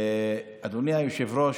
אדוני היושב-ראש,